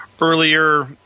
earlier